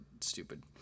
stupid